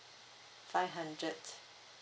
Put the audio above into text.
five hundred